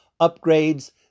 upgrades